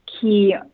key